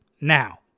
Now